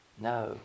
No